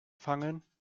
fangen